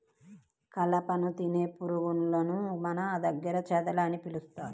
కలపను తినే పురుగులను మన దగ్గర చెదలు అని పిలుస్తారు